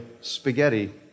spaghetti